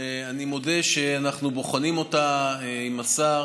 ואני מודה שאנחנו בוחנים אותה עם השר